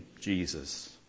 Jesus